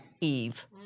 Eve